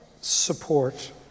support